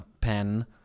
pen